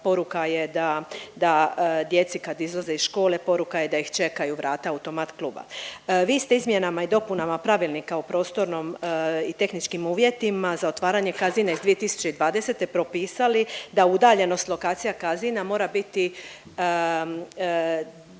poruka je da, da djeci kad izlaze iz škole poruka je da ih čekaju vrata automat kluba. Vi ste izmjenama i dopunama Pravilnika o prostornom i tehničkim uvjetima za otvaranje casina iz 2020. propisali da udaljenost lokacija casina mora biti,